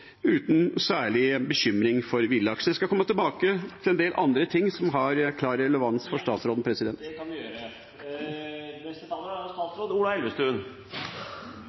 uten særlig bekymring for villaks. Jeg skal komme tilbake til en del andre ting som har klar relevans for statsråden.